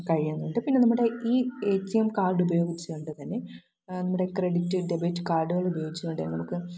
കഴിയുന്നുണ്ട് പിന്നെ നമ്മുടെ ഈ ഏ റ്റി എം കാടുപയോഗിച്ചുകൊണ്ട് തന്നെ നമ്മുടെ ക്രെഡിറ്റ് ഡെബിറ്റ് കാർഡ്കള് ഉപയോഗിച്ചുകൊണ്ട് നമുക്ക്